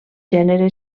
gènere